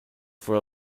for